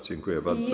Dziękuję bardzo.